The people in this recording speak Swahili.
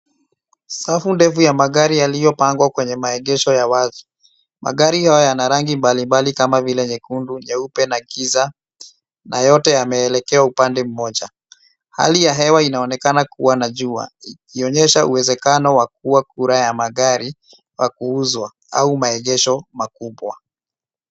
Safu ndefu ya magari yaliyopangwa kwenye maegesho ya wazi. Magari hayo yana rangi mbalimbali kama vile nyekundu nyeupe na giza na yote yameelekea upande mmoja. Hali ya hewa inaonekana kuwa na jua ikionyesha uwezekano wa kuwa kura ya magari wa kuuzwa au maegesho makubwa.